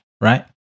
Right